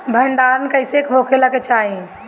भंडार घर कईसे होखे के चाही?